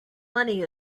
money